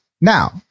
Now